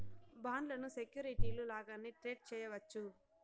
బాండ్లను సెక్యూరిటీలు లాగానే ట్రేడ్ చేయవచ్చు